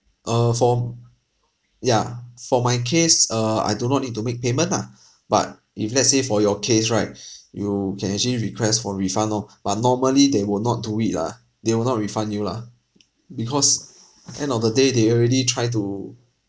err for m~ yeah for my case err I do not need to make payment ah but if let's say for your case right you can actually request for refund lor but normally they will not do it lah they will not refund you lah because end of the day they already try to